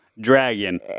dragon